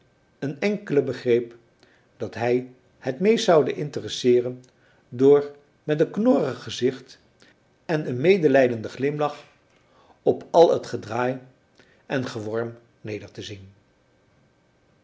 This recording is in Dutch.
een enkele begreep dat hij het meest zoude interesseeren door met een knorrig gezicht en een medelijdenden glimlach op al het gedraai en geworm neder te zien